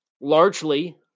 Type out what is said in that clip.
largely